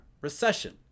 recession